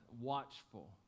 watchful